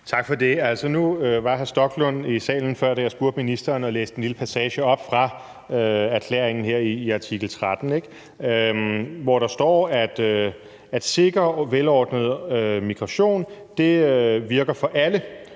Tak for det. Altså, nu var hr. Rasmus Stoklund i salen før, da jeg stillede spørgsmål til ministeren og læste en lille passage op fra erklæringen her i artikel 13, ikke? Der står, at sikker og velordnet migration virker for alle,